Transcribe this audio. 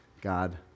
God